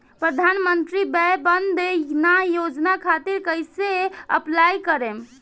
प्रधानमंत्री वय वन्द ना योजना खातिर कइसे अप्लाई करेम?